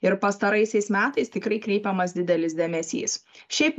ir pastaraisiais metais tikrai kreipiamas didelis dėmesys šiaip